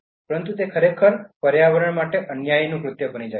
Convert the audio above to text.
પરંતુ તે ખરેખર પર્યાવરણીય અન્યાયનું કારણ બની રહ્યું છે